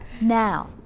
Now